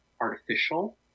artificial